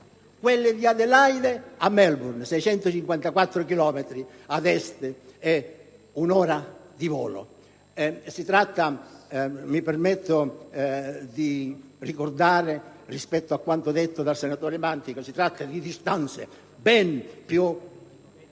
quelle di Adelaide a Melbourne, 654 chilometri a est e un'ora di volo. Mi permetto di ricordare, rispetto a quanto detto dal senatore Mantica, che si tratta di distanze ben